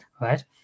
right